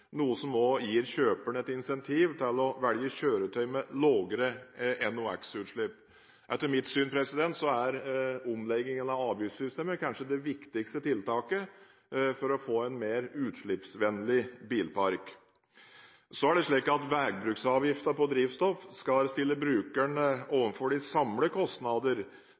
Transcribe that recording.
noe som også gir kjøperen et incentiv til å velge kjøretøy med lavere NOx-utslipp. Etter mitt syn er omleggingen av avgiftssystemet kanskje det viktigste tiltaket for å få en mer utslippsvennlig bilpark. Veibruksavgiften på drivstoff skal stille brukeren overfor de samlede kostnader